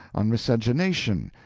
on miscegenation,